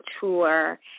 tour